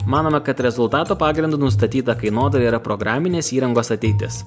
manome kad rezultato pagrindu nustatyta kainodara yra programinės įrangos ateitis